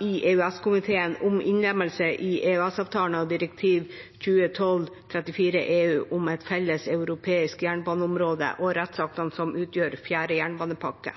i EØS-komiteen om innlemmelse i EØS-avtalen av direktiv 2012/34/EU om et felles europeisk jernbaneområde og rettsaktene som utgjør fjerde jernbanepakke.